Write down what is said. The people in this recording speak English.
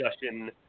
discussion